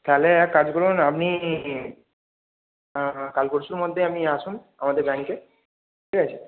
তাহলে এক কাজ করুন আপনি কাল পরশুর মধ্যে আপনি আসুন আমাদের ব্যাংকে ঠিক আছে